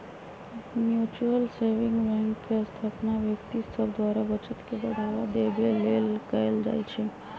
mutual saving bank के स्थापना व्यक्ति सभ द्वारा बचत के बढ़ावा देबे लेल कयल जाइ छइ